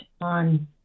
on